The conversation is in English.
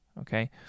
okay